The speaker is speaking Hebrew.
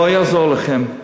לא יעזור לכם.